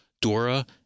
Dora